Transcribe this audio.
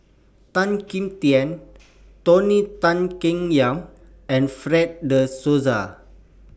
Tan Kim Tian Tony Tan Keng Yam and Fred De Souza